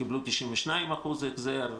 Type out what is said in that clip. קיבלו 92% החזר,